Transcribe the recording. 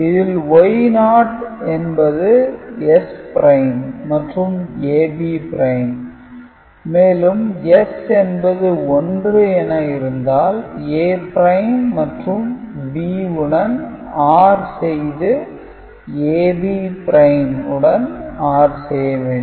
இதில் Y0 என்பது S' மற்றும் AB' மேலும் S என்பது 1 என இருந்தால் A' மற்றும் B உடன் OR செய்து A B' உடன் OR செய்ய வேண்டும்